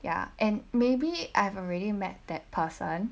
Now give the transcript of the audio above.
ya and maybe I have already met that person